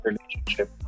relationship